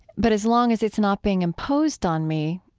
but as long as it's not being imposed on me,